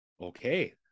Okay